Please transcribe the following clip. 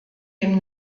dem